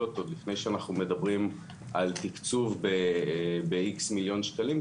עוד לפני שאנחנו מדברים על תקצוב ב- X מיליון שקלים,